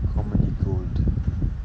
comedy gold